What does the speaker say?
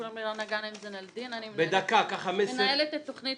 קוראים לי רנא גאנם-זין אל דין אני מנהלת את תוכנית